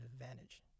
advantage